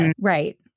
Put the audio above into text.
Right